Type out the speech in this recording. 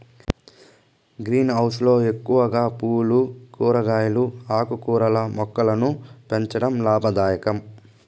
green house లో ఎక్కువగా పూలు, కూరగాయలు, ఆకుకూరల మొక్కలను పెంచడం లాభదాయకం